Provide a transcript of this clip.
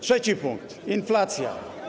Trzeci punkt: inflacja.